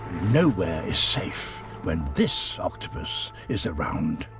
nowhere is safe when this octopus is around.